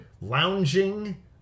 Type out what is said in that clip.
lounging